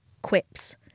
quips